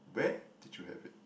where did you have it